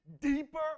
deeper